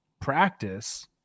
practice